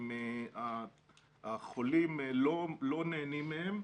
החולים לא נהנים מהם.